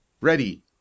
Ready